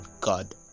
god